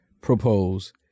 propose